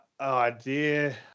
idea